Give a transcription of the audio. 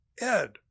Ed